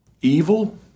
evil